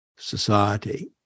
society